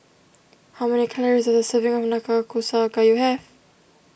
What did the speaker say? how many calories does a serving of Nanakusa Gayu have